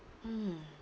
mm